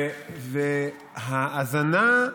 ההאזנה,